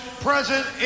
present